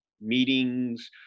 meetings